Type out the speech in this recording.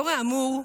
לאור האמור,